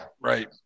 Right